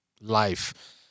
life